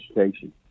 education